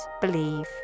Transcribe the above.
believe